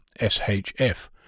SHF